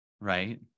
right